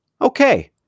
okay